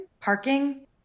parking